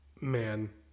Man